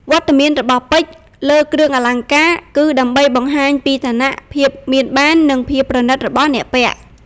វត្តមានរបស់ពេជ្រលើគ្រឿងអលង្ការ គឺដើម្បីបង្ហាញពីឋានៈ ភាពមានបាន និងភាពប្រណីតរបស់អ្នកពាក់។